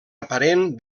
aparent